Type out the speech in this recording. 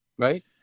Right